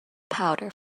powder